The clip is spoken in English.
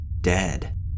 dead